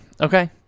okay